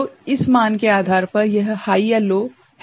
तो इस मान के आधार पर यह हाइ या लो है